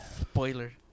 spoiler